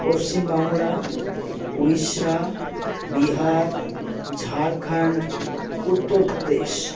Paschimbangla Orissa Bihar Jharkhand Uttar Pradesh